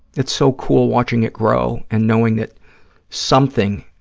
it's so cool watching it grow and knowing that something